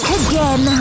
again